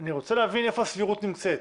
אני רוצה להבין איפה הסבירות נמצאת.